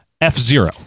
F-Zero